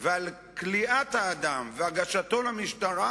ועל כליאת האדם והגשתו למשטרה.